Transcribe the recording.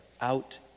out